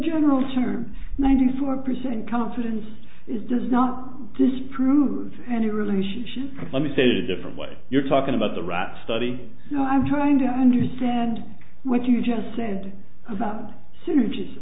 general term ninety four percent confidence is does not disprove any relationship let me say that a different way you're talking about the right study so i'm trying to understand what you just said about soon